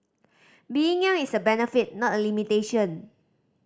being young is a benefit not a limitation